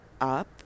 up